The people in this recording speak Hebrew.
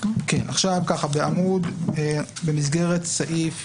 במסגרת סעיף